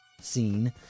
scene